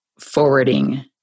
forwarding